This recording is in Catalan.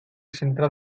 centre